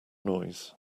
noise